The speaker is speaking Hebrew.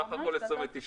סך הכול 29?